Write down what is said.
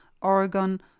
Oregon